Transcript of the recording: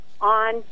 on